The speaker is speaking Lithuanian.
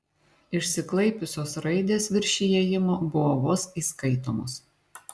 išsiklaipiusios raidės virš įėjimo buvo vos įskaitomos